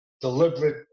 deliberate